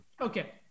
Okay